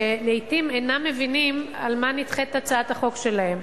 שלעתים אינם מבינים על מה נדחית הצעת החוק שלהם.